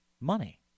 money